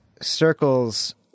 circles